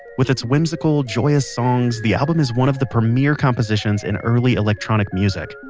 with it's whimsical, joyous songs, the album as one of the premiere compositions in early electronic music.